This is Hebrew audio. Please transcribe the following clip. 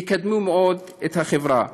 יקדמו מאוד את החברה.